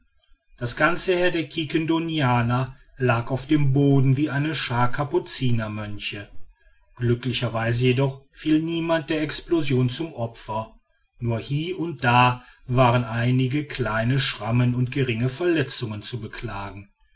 das ganze heer der quiquendonianer lag auf dem boden wie eine schaar kapuzinermönche glücklicherweise jedoch fiel niemand der explosion zum opfer nur hie und da waren einige kleine schrammen und geringe verletzungen zu beklagen